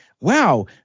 wow